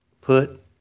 put